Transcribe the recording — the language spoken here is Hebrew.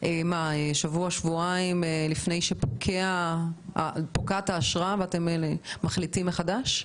שבוע-שבועיים לפני שפוקעת האשרה כדי להחליט מחדש?